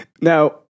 Now